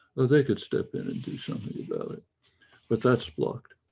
they could step in and do something about it but that's blocked.